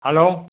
hello